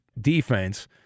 defense